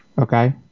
okay